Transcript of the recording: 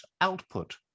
output